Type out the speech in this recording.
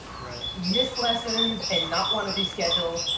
right. missed lessons and not wanna reschedule.